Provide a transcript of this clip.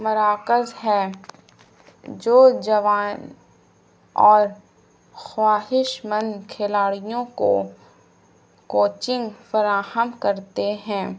مراکز ہے جو جوان اور خواہش مند کھلاڑیوں کو کوچنگ فراہم کرتے ہیں